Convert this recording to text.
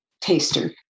taster